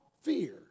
fear